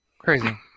Crazy